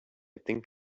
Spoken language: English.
think